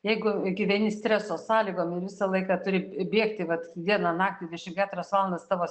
jeigu gyveni streso sąlygom ir visą laiką turi bėgti vat dieną naktį dvidešimt keturias valandas tavo